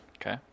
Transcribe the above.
Okay